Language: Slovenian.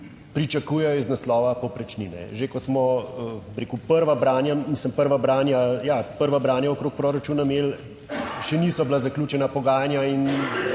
pričakujejo iz naslova povprečnine. Že, ko smo, bi rekel prva branja, mislim prva branja, ja, prva branja okrog proračuna imeli še niso bila zaključena pogajanja in